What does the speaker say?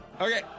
Okay